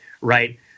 right